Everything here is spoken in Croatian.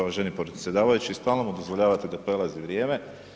Uvaženi predsjedavajući, stalno mu dozvoljavate da prelazi vrijeme.